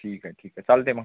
ठीक आहे ठीक आहे चालत आहे मग